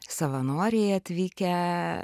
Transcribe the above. savanoriai atvykę